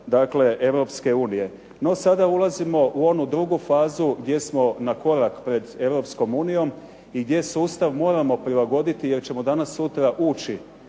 dakle Europske unije. No sada ulazimo u onu drugu fazu gdje smo na korak pred Europskom unijom i gdje sustav moramo prilagoditi jer ćemo danas sutra ući